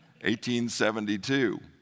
1872